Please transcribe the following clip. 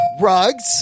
Rugs